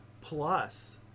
plus